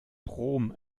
brom